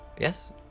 Yes